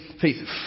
faith